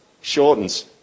shortens